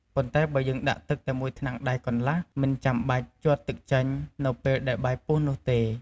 ប៉ុន្តែបើយើងដាក់ទឹកតែមួយថ្នាំងដៃកន្លះ មិនចាំបាច់ជាត់ទឹកចេញ នៅពេលដែលបាយពុះនោះទេ។